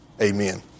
Amen